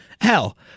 hell